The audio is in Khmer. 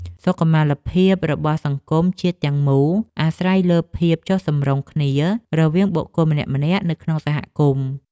សុខុមាលភាពរបស់សង្គមជាតិទាំងមូលអាស្រ័យលើភាពចុះសម្រុងគ្នារវាងបុគ្គលម្នាក់ៗនៅក្នុងសហគមន៍។